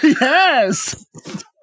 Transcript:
Yes